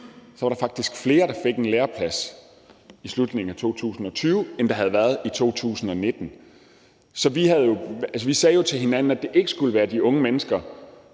af corona faktisk var flere, der fik en læreplads i slutningen af 2020, end der var i 2019. Vi sagde jo til hinanden, at det ikke skulle være de unge mennesker,